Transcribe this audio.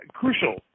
crucial